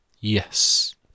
Yes